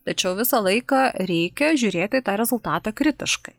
tačiau visą laiką reikia žiūrėti į tą rezultatą kritiškai